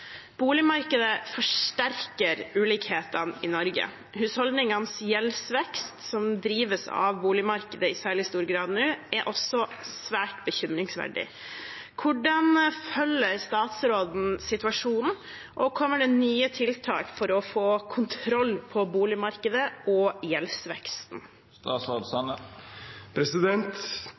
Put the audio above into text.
Boligmarkedet forsterker ulikhetene i Norge. Husholdningenes gjeldsvekst, som drives av boligmarkedet, er også svært bekymringsverdig. Hvordan følger statsråden situasjonen, og kommer det nye tiltak for å få kontroll på boligmarkedet og gjeldsveksten?»